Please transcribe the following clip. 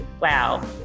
Wow